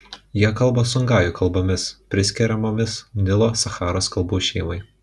jie kalba songajų kalbomis priskiriamomis nilo sacharos kalbų šeimai